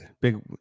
Big